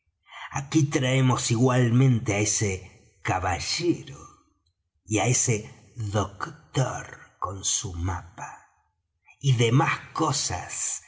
aquí traemos igualmente á ese caballero y á ese doctor con su mapa y demás cosas